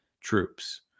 troops